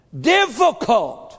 difficult